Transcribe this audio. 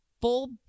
Full